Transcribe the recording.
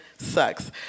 Sucks